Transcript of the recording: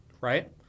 right